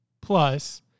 Plus